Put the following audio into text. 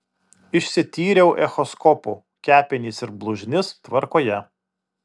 išsityriau echoskopu kepenys ir blužnis tvarkoje